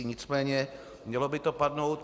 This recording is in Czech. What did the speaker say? Nicméně mělo by to padnout.